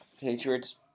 Patriots